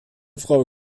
frau